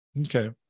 Okay